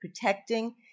protecting